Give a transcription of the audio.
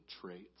traits